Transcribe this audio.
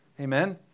Amen